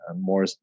more